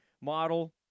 model